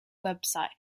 website